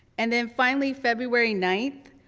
and then finally, february ninth,